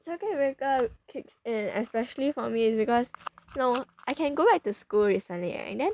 circuit breaker kicks in and especially for me it's because no I can go back to school recently right and then